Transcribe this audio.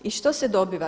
I što se dobiva?